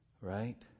right